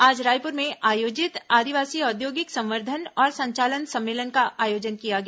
आज रायपुर में आयोजित आदिवासी औद्योगिक संवर्धन और संचालन सम्मेलन का आयोजन किया गया